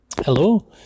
Hello